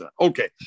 okay